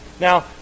Now